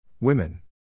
Women